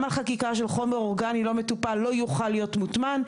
על חקיקה של חומר אורגני לא מטופל שלא יוכל להיות מוטמן,